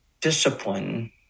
discipline